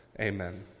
Amen